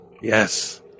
Yes